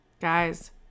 Guys